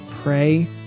Pray